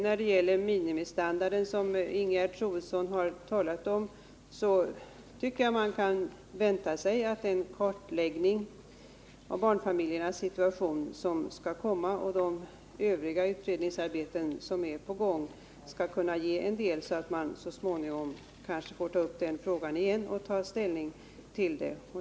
När det gäller minimistandarden, som Ingegerd Troedsson har talat om, tycker jag att man kan vänta sig att den kartläggning av barnfamiljernas situation som skall komma och de övriga utredningsarbeten som är på gång skall kunna ge en del så att man kanske får ta upp frågan igen och ta ställning till den.